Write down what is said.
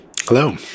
Hello